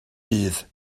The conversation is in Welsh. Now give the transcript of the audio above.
bydd